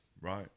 Right